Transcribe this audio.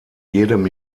jedem